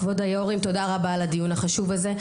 כבוד היו"רים, תודה רבה על הדיון החשוב הזה.